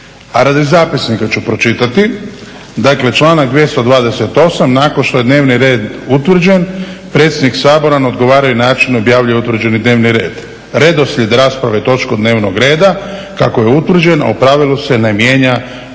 A radi zapisnika ću pročitati, dakle članak 228. nakon što je dnevni red utvrđen predsjednik Sabora na odgovarajući način objavljuje utvrđeni dnevni red. Redoslijed rasprave točaka dnevnog reda kako je utvrđeno u pravilu se ne mijenja u